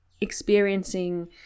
experiencing